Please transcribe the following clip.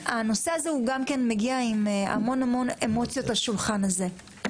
הנושא הזה גם כן מגיע עם המון אמוציות לשולחן הזה.